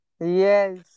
Yes